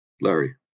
Larry